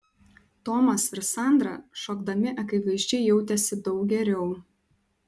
tomas ir sandra šokdami akivaizdžiai jautėsi daug geriau